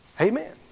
Amen